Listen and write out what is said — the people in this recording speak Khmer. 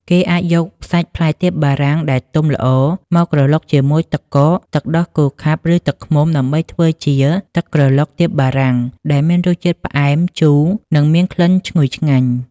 គេអាចយកសាច់ផ្លែទៀបបារាំងដែលទុំល្អមកក្រឡុកជាមួយទឹកកក ទឹកដោះគោខាប់ ឬទឹកឃ្មុំដើម្បីធ្វើជា ទឹកក្រឡុកទៀបបារាំង ដែលមានរសជាតិផ្អែម ជូរ និងមានក្លិនឈ្ងុយឆ្ងាញ់។